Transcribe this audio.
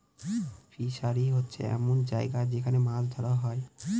fishery হচ্ছে এমন জায়গা যেখান মাছ ধরা হয়